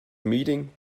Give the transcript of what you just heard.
meeting